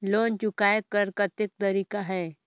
Loan चुकाय कर कतेक तरीका है?